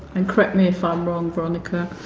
and correct me if i'm wrong veronica,